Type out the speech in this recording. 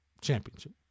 championship